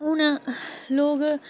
हून लोग